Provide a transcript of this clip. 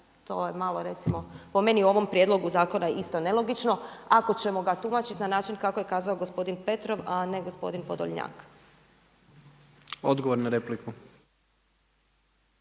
to je malo recimo po meni u ovom prijedlogu zakona isto nelogično ako ćemo ga tumačiti na način kako je kazao gospodin Petrov, a ne gospodin Podolnjak. **Jandroković,